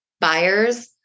buyers